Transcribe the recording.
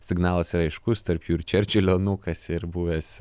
signalas yra aiškus tarp jų ir čerčilio anūkas ir buvęs